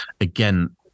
again